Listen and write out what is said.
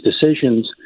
decisions